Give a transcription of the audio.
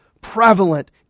prevalent